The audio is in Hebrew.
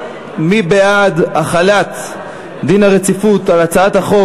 מי בעד החלת דין הרציפות על הצעת החוק